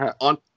on